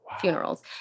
funerals